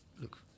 look